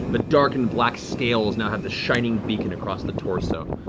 the darkened black scales now have this shining beacon across the torso.